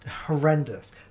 horrendous